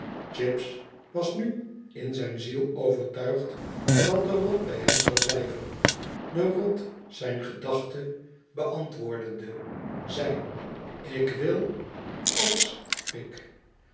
gestegen chips was nu in zijn ziel overtuigd dat de rot bij hem zou blijven de rot zijn gedachte beantwoordende zei ik wil als pik